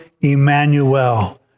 Emmanuel